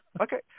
Okay